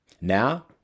Now